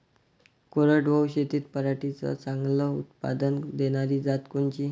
कोरडवाहू शेतीत पराटीचं चांगलं उत्पादन देनारी जात कोनची?